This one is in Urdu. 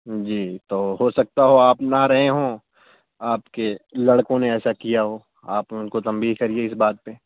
جی تو ہو سکتا ہو آپ نہ رہے ہوں آپ کے لڑکوں نے ایسا کیا ہو آپ ان کو تنبیہ کریے اس بات پہ